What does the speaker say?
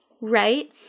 right